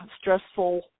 stressful